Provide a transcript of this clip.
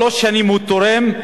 שלוש שנים הוא תורם,